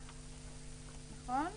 נכון?